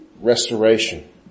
restoration